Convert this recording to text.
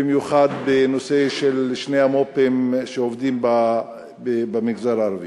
במיוחד בנושא של שני המו"פים שעובדים במגזר הערבי.